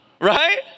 Right